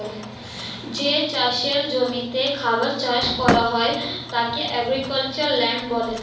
যে চাষের জমিতে খাবার চাষ করা হয় তাকে এগ্রিক্যালচারাল ল্যান্ড বলে